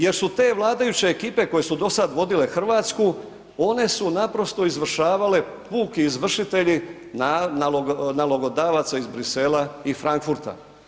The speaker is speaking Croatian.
Jer su te vladajuće ekipe koje su dosad vodile Hrvatsku, one su naprosto izvršavale, puki izvršitelji nalogodavaca iz Bruxellesa i Frankfurta.